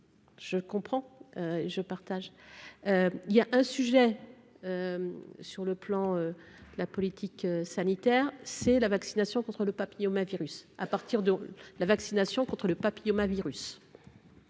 Je comprends, je partage il y a un sujet sur le plan la politique sanitaire, c'est la vaccination contre le papillomavirus